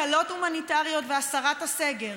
הקלות הומניטריות והסרת הסגר,